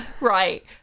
right